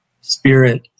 spirit